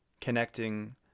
connecting